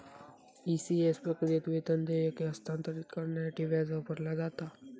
ECS प्रक्रियेत, वेतन देयके हस्तांतरित करण्यासाठी व्याज वापरला जाता